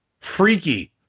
freaky